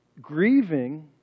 Grieving